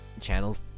channels